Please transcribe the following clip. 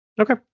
Okay